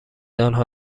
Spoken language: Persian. آنها